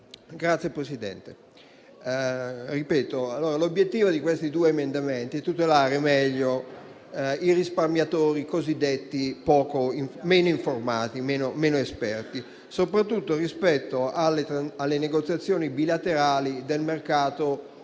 ringrazio, Presidente. Dicevo che l'obiettivo di questi due emendamenti è tutelare meglio i risparmiatori cosiddetti meno informati e meno esperti, soprattutto rispetto alle negoziazioni bilaterali del mercato